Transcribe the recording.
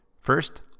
First